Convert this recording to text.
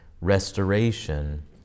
restoration